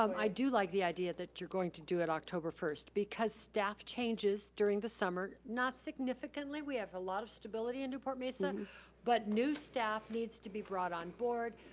um i do like the idea that you're going to do it october first because staff changes during the summer, not significantly, we have a lot of stability in newport mesa but new staff needs to be brought on board,